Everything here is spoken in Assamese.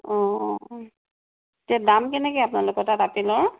অ' অ' অ' এতিয়া দাম কেনেকৈ আপোনালোকৰ তাত আপেলৰ